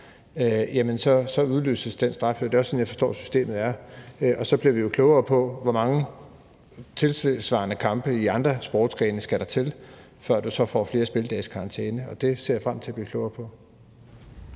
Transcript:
udløses den straf. Det er også sådan, jeg forstår, at systemet er. Og så bliver vi jo klogere på, hvor mange tilsvarende kampe i andre sportsgrene der skal til, før du så får flere spilledages karantæne. Det ser jeg frem til at blive klogere på.